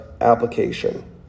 application